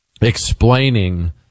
explaining